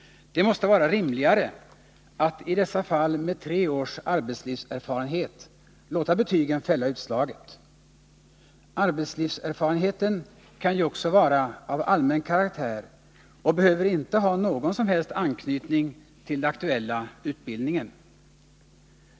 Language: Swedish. Det måste vara rimligare att i dessa fall med tre års arbetslivserfarenhet låta betygen fälla utslaget. Arbetslivserfarenheten kan ju också vara av allmän karaktär och behöver inte ha någon som helst anknytning till den aktuella utbildningen.